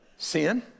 Sin